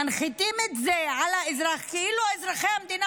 מנחיתים את זה על האזרח כאילו אזרחי המדינה